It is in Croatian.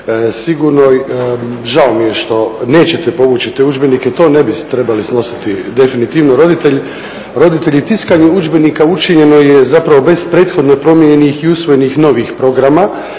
sigurno mi je žao što nećete povući te udžbenike, to ne bi trebali snositi definitivno roditelji. Tiskanje udžbenika učinjeno je bez prethodno promijenjenih i usvojenih novih programa